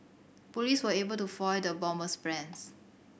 police were able to foil the bomber's plans